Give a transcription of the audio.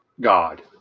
God